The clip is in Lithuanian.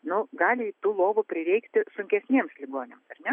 nu gali tų lovų prireikti sunkesniems ligoniams ar ne